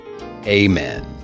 amen